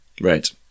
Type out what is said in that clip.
Right